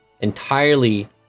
entirely